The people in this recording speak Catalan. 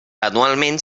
anualment